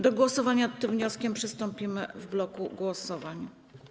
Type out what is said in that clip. Do głosowania nad tym wnioskiem przystąpimy w bloku głosowań.